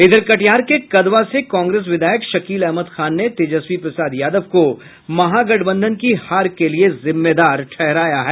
इधर कटिहार के कदवा से कांग्रेस विधायक शकील अहमद खान ने तेजस्वी प्रसाद यादव को महागठबंधन की हार के लिए जिम्मेदार ठहराया है